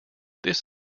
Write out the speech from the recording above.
this